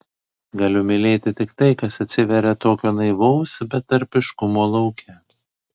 galiu mylėti tik tai kas atsiveria tokio naivaus betarpiškumo lauke